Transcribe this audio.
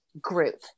group